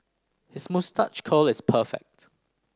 his moustache curl is perfect